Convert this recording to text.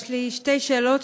יש לי שתי שאלות,